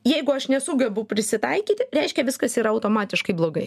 jeigu aš nesugebu prisitaikyti reiškia viskas yra automatiškai blogai